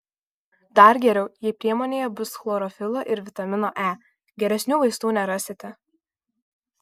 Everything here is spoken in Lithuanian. dar geriau jei priemonėje bus chlorofilo ir vitamino e geresnių vaistų nerasite